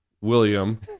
William